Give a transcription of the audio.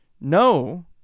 no